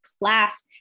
class